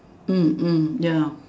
mm mm ya